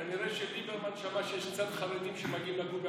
כנראה שליברמן שמע שיש קצת חרדים שמגיעים לגור בעפולה,